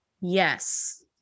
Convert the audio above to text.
Yes